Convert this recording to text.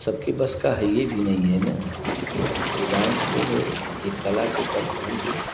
सबके बस का हइये भी नहीं है ना यह डांस जो है एक कला से पर पूर्ण है